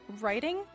writing